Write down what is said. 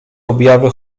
objawy